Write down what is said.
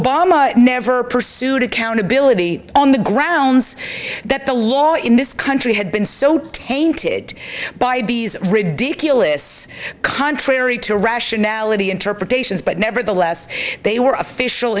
obama never pursued accountability on the grounds that the law in this country had been so tainted by these ridiculous contrary to rationality interpretations but nevertheless they were official